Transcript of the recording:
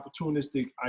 opportunistic